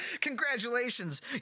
Congratulations